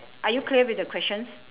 are you clear with the questions